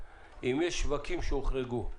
אם יש שווקים שהוחרגו?